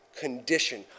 condition